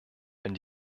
wenn